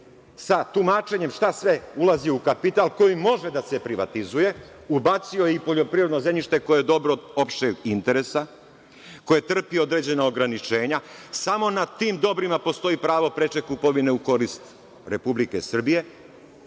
sa tumačenjem šta sve ulazi u kapital, to i može da se privatizuje, ubacio je i poljoprivredno zemljište koje je dobro opšteg interesa, koje trpi određena ograničenja, samo na tim dobrima postoji pravo preče kupovine u korist Republike Srbije. Da